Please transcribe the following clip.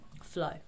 flow